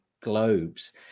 globes